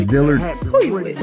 Dillard